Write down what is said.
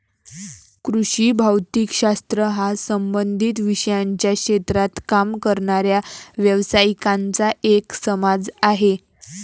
कृषी भौतिक शास्त्र हा संबंधित विषयांच्या क्षेत्रात काम करणाऱ्या व्यावसायिकांचा एक समाज आहे